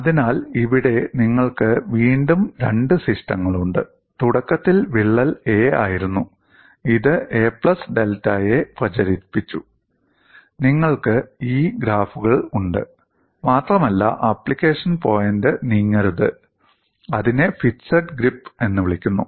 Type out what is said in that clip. അതിനാൽ ഇവിടെ നിങ്ങൾക്ക് വീണ്ടും രണ്ട് സിസ്റ്റങ്ങളുണ്ട് തുടക്കത്തിൽ വിള്ളൽ a ആയിരുന്നു ഇത് a ഡെൽറ്റ a പ്രചരിപ്പിച്ചു നിങ്ങൾക്ക് ഈ ഗ്രാഫുകൾ ഉണ്ട് മാത്രമല്ല ആപ്ലിക്കേഷൻ പോയിന്റ് നീങ്ങരുത് അതിനെ ഫിക്സഡ് ഗ്രിപ് എന്ന് വിളിക്കുന്നു